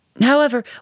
However